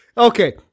Okay